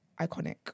iconic